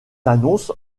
annonce